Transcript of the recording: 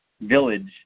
village